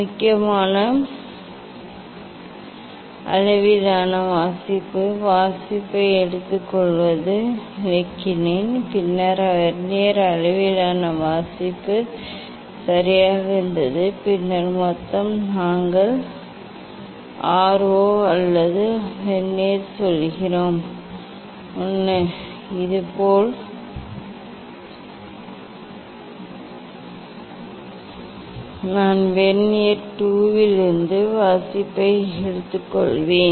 முக்கிய அளவிலான வாசிப்பு வாசிப்பை எவ்வாறு எடுத்துக்கொள்வது என்பதை நான் விளக்கினேன் பின்னர் வெர்னியர் அளவிலான வாசிப்பு சரியாக இருந்தது பின்னர் மொத்தம் நாங்கள் பூஜ்ஜியம் அல்லது ஒன்றை வெர்னியர் 1 இதேபோல் நான் வெர்னியர் 2 இலிருந்து வாசிப்பை எடுத்துக்கொள்வேன்